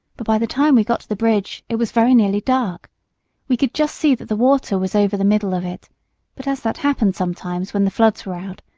but by the time we got to the bridge it was very nearly dark we could just see that the water was over the middle of it but as that happened sometimes when the floods were out,